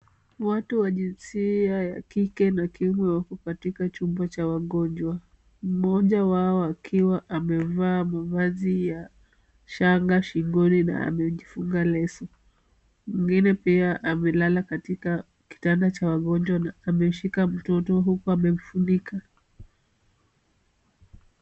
Watu wa jinsia ya kike na kiume wako katika chumba cha wagonjwa, mmoja wao akiwa amevaa mavazi ya shanga shingoni na amejifunga leso. Mwingine pia amelala katika kitanda cha wagonjwa na ameshika mtoto huku amemfunika.